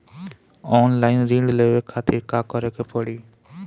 Online ऋण लेवे के खातिर का करे के पड़ी?